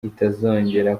itazongera